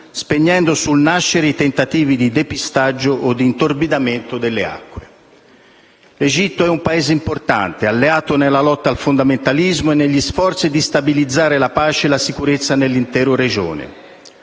spegnendo sul nascere i tentativi di depistaggio o di intorbidamento delle acque. L'Egitto è per l'Italia un importante alleato nella lotta al fondamentalismo e negli sforzi di stabilizzare la pace e la sicurezza nell'intera regione.